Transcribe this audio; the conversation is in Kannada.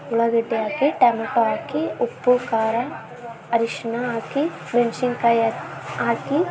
ಉಳ್ಳಾಗಡ್ಡಿ ಹಾಕಿ ಟಮೇಟೊ ಹಾಕಿ ಉಪ್ಪು ಖಾರ ಅರಿಶಿಣ ಹಾಕಿ ಮೆಣಸಿನ್ಕಾಯ್ ಹಾಕಿ